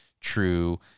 true